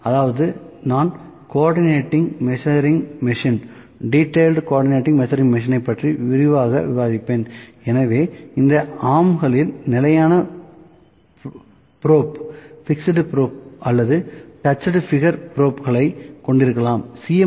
அதாவது நான் coordinate measuring machine ஐ பற்றி விரிவாக விவாதிப்பேன் எனவே இந்த ஆர்ம்ஸ்களில் நிலையான ப்ரோப் அல்லது டச்சுடு பிகர் ப்ரோப்களைக் கொண்டிருக்கலாம் C